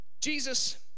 Jesus